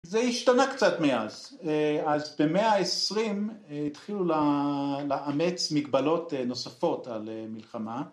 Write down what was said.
זה השתנה קצת מאז, אז במאה העשרים התחילו לאמץ מגבלות נוספות על מלחמה